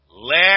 Let